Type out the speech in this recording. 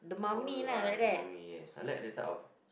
horror ah the mummy yes I like the type of